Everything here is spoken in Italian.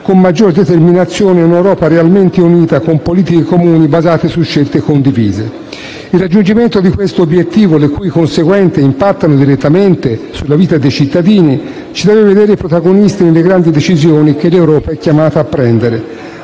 con maggiore determinazione un'Europa realmente unita con politiche comuni basate su scelte condivise. Il raggiungimento di questo obiettivo, le cui conseguenze impattano direttamente sulla vita dei cittadini, ci deve vedere protagonisti nelle grandi decisioni che l'Europa è chiamata a prendere.